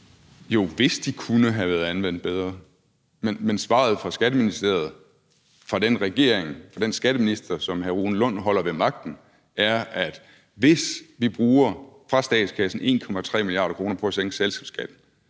Jo, hvis de kunne have været anvendt bedre. Men svaret fra Skatteministeriet – fra den regering og fra den skatteminister, som hr. Rune Lund holder ved magten – er, at hvis vi bruger de 1,3 mia. kr. fra statskassen på at sænke selskabsskatten,